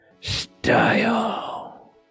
Style